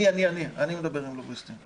אני מדבר עם לוביסטים.